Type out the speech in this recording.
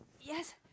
Yes